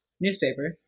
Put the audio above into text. newspaper